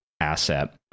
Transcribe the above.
asset